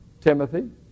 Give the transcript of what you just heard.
Timothy